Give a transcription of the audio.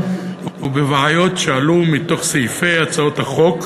ובבעיות שעלו מתוך סעיפי הצעות החוק,